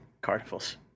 Carnival's